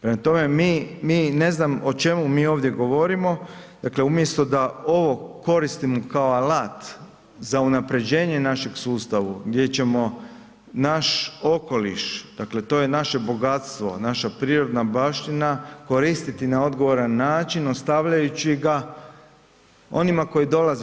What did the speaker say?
Prema tome, mi, mi, ne znam o čemu mi ovdje govorimo, dakle umjesto da ovo koristimo kao alat za unapređenje našem sustavu, gdje ćemo naš okoliš, dakle to je naše bogatstvo, naša prirodna baština koristiti na odgovoran način ostavljajući ga onima koji dolaze.